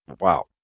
wow